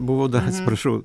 buvo dar atsiprašau